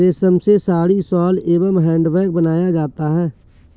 रेश्म से साड़ी, शॉल एंव हैंड बैग बनाया जाता है